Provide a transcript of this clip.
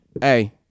hey